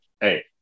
Hey